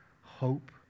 hope